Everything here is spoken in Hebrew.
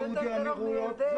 זה יותר קרוב מירדן.